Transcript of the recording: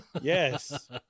Yes